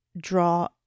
draw